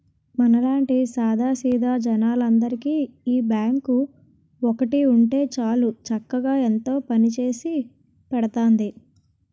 మనలాంటి సాదా సీదా జనాలందరికీ ఈ బాంకు ఒక్కటి ఉంటే చాలు చక్కగా ఎంతో పనిచేసి పెడతాంది